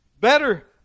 Better